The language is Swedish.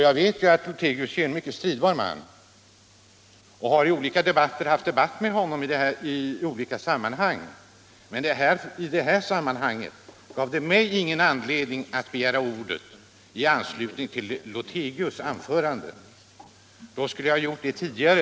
Jag vet att herr Lothigius är en mycket stridbar man, och jag har i olika sammanhang debatterat med honom i dessa frågor. Vid det här tillfället hade jag emellertid inget skäl att begära ordet med anledning av hans anförande. Då, herr talman, skulle jag ha gjort det tidigare.